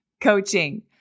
coaching